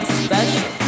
special